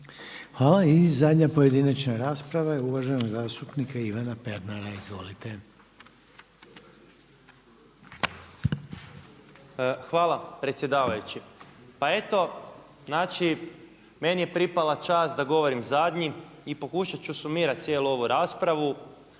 Hvala. I zadnja pojedinačna rasprava je uvaženog zastupnika Ivana Pernara. Izvolite. **Pernar, Ivan (Abeceda)** Hvala predsjedavajući. Pa eto znači meni je pripala čast da govorim zadnji i pokušat ću sumirati cijelu ovu raspravu.